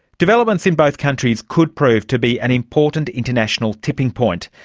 developments in both countries could prove to be an important international tipping point.